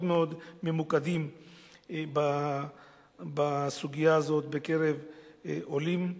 מאוד ממוקדים בסוגיה הזאת בקרב עולים,